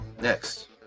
Next